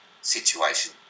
situation